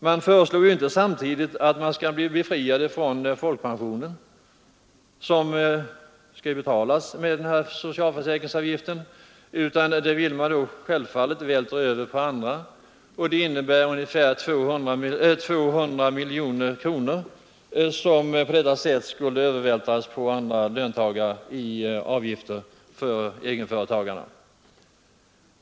Man vill inte samtidigt bli av med folkpensionen som ju skall betalas med denna socialförsäkringsavgift, utan man vill vältra över avgiften på andra. Det blir ungefär 200 miljoner kronor som på detta sätt skulle få betalas av andra löntagare.